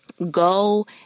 go